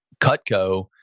Cutco